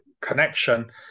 connection